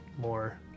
more